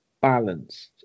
balanced